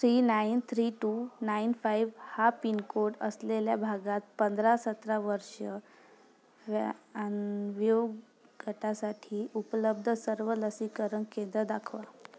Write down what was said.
three nine three two nine five हा pin code असलेल्या भागात पंधरा सतरा वर्षे ह्या वयोगटासाठी उपलब्ध सर्व लसीकरण केंद्रं दाखवा